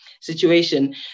situation